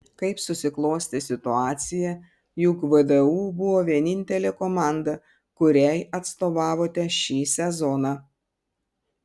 kaip susiklostė situacija jog vdu buvo vienintelė komanda kuriai atstovavote šį sezoną